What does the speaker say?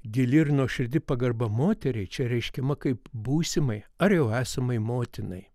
gili ir nuoširdi pagarba moteriai čia reiškiama kaip būsimai ar jau esamai motinai